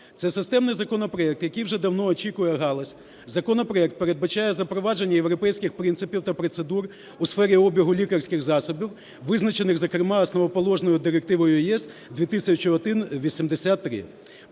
Це системний законопроект, який вже давно очікує галузь. Законопроект передбачає запровадження європейських принципів та процедур у сфері обігу лікарських засобів, визначених, зокрема, основоположною Директивою ЄС 2001/83